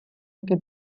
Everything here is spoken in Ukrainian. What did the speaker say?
які